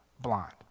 blind